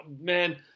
Man